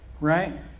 right